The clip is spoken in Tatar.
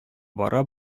бара